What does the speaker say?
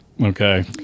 Okay